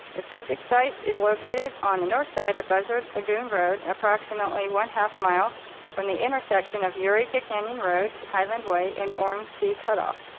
the subject site is located on the north side of buzzard lagoon road, approximately one half mile from the intersection of eureka canyon road, highland white and ormsby cutoff.